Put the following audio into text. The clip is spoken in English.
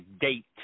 date